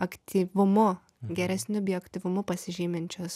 aktyvumu geresniu bioaktyvumu pasižyminčius